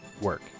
work